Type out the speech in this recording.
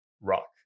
rock